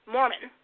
Mormon